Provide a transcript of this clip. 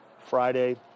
Friday